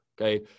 okay